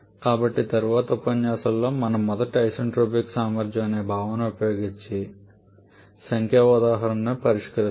కాబట్టి తరువాతి ఉపన్యాసంలో మనం మొదట ఐసెన్ట్రోపిక్ సామర్థ్యం అనే భావనను ఉపయోగించి సంఖ్యా ఉదాహరణను పరిష్కరిస్తాము